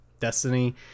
Destiny